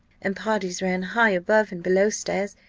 and parties ran high above and below stairs.